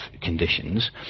conditions